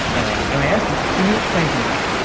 and i asked them, can you explain something to me?